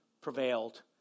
prevailed